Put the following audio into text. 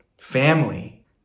family